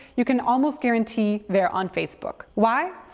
you can almost guarantee they're on facebook. why?